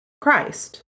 Christ